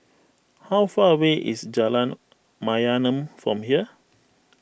how far away is Jalan Mayaanam from here